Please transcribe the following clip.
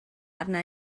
arna